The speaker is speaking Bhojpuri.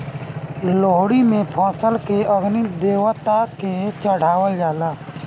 लोहड़ी में फसल के अग्नि देवता के चढ़ावल जाला